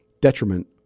detriment